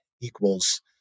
equals